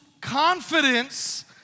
confidence